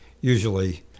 usually